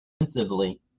offensively